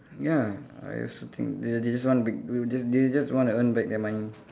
ya I also think they they just want to make they they just want to earn back their money